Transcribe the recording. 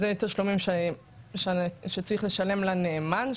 זה תשלומים שצריך לשלם לנאמן,